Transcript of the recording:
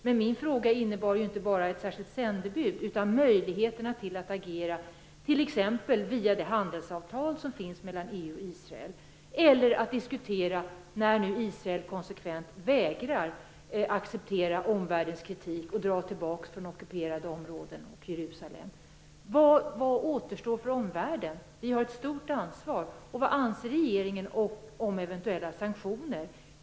Men min fråga handlade inte bara om ett särskilt sändebud utan också om möjligheterna att agera, t.ex. via det handelsavtal som finns mellan EU och Israel. Eller också kunde man diskutera detta när nu Israel konsekvent vägrar acceptera omvärldens kritik och dra sig tillbaka från ockuperade områden och från Jerusalem. Vad återstår för omvärlden? Vi har förvisso ett stort ansvar. Vad anser regeringen om eventuella sanktioner?